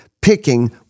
picking